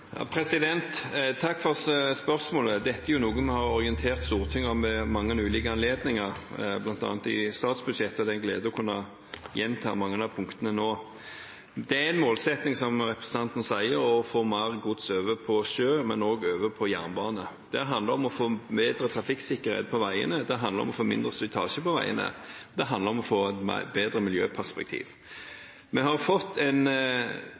Takk for spørsmålet. Dette er noe vi har orientert Stortinget om ved mange ulike anledninger, bl.a. i statsbudsjettet, og det er en glede å kunne gjenta mange av punktene nå. Det er en målsetting, som representanten sier, å få mer gods over på sjø, men også over på jernbane. Det handler om å få bedre trafikksikkerhet på veiene, det handler om å få mindre slitasje på veiene, og det handler om å få et bedre miljøperspektiv.